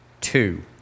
two